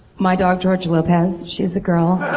my dog george lopez. she's a girl.